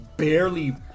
barely